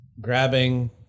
Grabbing